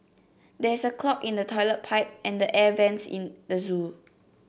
there is a clog in the toilet pipe and the air vents in the zoo